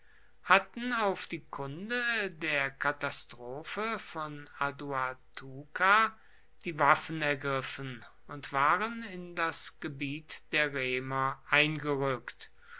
hatten auf die kunde der katastrophe von aduatuca die waffen ergriffen und waren in das gebiet der remer eingerückt